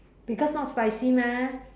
because not spicy mah